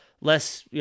less